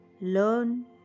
learn